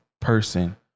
person